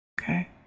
Okay